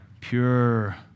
Pure